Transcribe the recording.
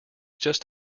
just